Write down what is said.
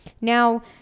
Now